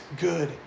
good